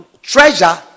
treasure